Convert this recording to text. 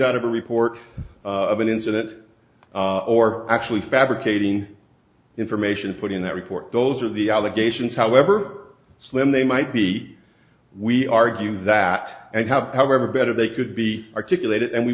out of a report of an incident or actually fabricating information put in that report those are the allegations however slim they might be we argue that and however better they could be articulated and we